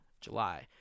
July